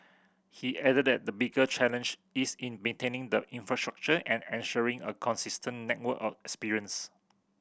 he added that the bigger challenge is in maintaining the infrastructure and ensuring a consistent network experience